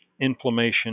inflammation